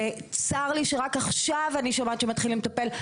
צר לי שרק עכשיו אני שומעת שמתחילים לטפל,